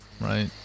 right